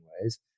ways